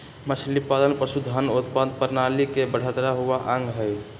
मछलीपालन पशुधन उत्पादन प्रणाली के बढ़ता हुआ अंग हई